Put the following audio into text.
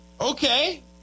Okay